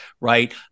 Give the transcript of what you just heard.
right